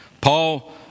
Paul